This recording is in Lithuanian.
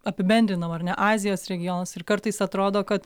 apibendrinam ar ne azijos regionas ir kartais atrodo kad